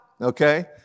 okay